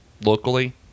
locally